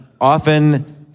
Often